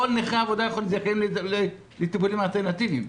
כל נכי העבודה זכאים לטיפולים אלטרנטיביים.